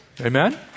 Amen